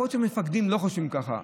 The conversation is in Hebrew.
יכול להיות שמפקדים לא חושבים ככה,